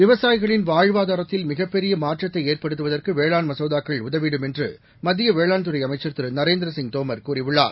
விவசாயிகளின் வாழ்வாதாரத்தில் மிகப்பெரிய மாற்றத்தை ஏற்படுத்துவதற்கு வேளான் மசேதாக்கள் உதவிடும் என்று மத்திய வேளாண்துறை அமைச்சர் திரு நரேந்திரசிங் தோமர் கூறியுள்ளார்